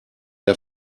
der